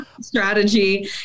strategy